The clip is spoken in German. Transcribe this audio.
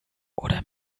oder